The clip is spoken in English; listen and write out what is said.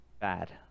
bad